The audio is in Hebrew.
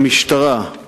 המשטרה היא